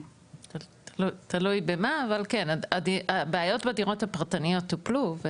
תלוי במה, אבל כן, הבעיות בדירות הפרטניות טופלו.